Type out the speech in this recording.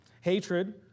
Hatred